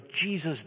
Jesus